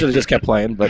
just kept playing, but